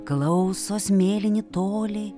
klausos mėlyni toliai